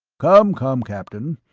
come, come, captain.